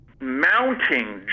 mounting